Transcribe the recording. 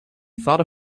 thought